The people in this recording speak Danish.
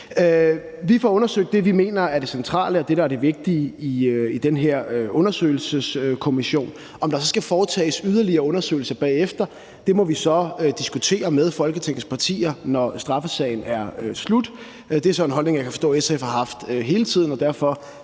Vi får undersøgt det, vi mener er det centrale, og det, der er det vigtige, i den her undersøgelseskommission. Om der så også skal foretages yderligere undersøgelser bagefter, må vi diskutere med Folketingets partier, når straffesagen er slut. Det er så en holdning, jeg kan forstå SF har haft hele tiden, og derfor